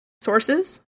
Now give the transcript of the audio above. sources